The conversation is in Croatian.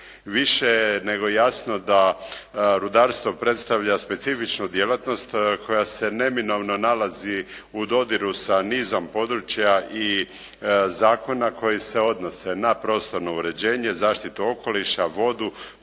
Više je nego jasno da rudarstvo predstavlja specifičnu djelatnost koja se neminovno nalazi u dodiru sa nizom područja i zakona koji se odnose na prostorno uređenje, zaštitu okoliša, vodu,